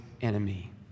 enemy